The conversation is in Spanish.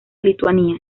lituania